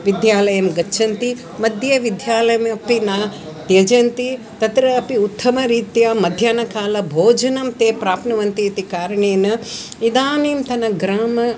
विद्यालयं गच्छन्ति मध्ये विद्यालयमपि न त्यजन्ति तत्रापि उत्तमरीत्या मध्याह्नकाले भोजनं ते प्राप्नुवन्ति इति कारणेन इदानीन्तन ग्राम